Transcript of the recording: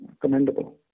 commendable